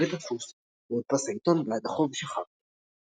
בית הדפוס בו הודפס העיתון - בעד החוב שחב לו.